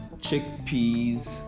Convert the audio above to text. chickpeas